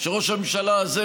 שראש הממשלה הזה,